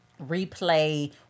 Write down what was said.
replay